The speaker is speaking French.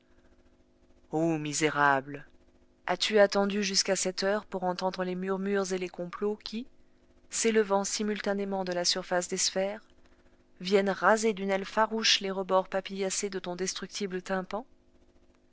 o misérable as-tu attendu jusqu'à cette heure pour entendre les murmures et les complots qui s'élevant simultanément de la surface des sphères viennent raser d'une aile farouche les rebords papillacés de ton destructible tympan